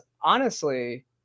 honestly-